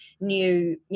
new